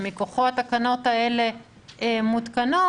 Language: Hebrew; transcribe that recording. שמכוחו התקנות האלה מותקנות,